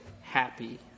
happy